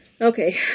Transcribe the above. Okay